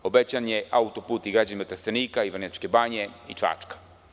Obećan je auto-put i građanima Trstenika i Vrnjačke Banje i Čačka.